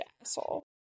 asshole